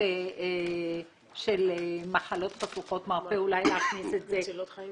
של מחלות חשוכות מרפא --- מצילות חיים.